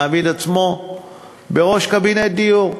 מעמיד את עצמו בראש קבינט דיור,